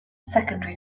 secondary